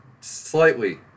Slightly